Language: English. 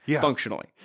Functionally